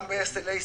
גם ב-SLA סביר.